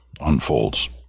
unfolds